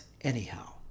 anyhow